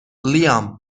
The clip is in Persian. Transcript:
لیام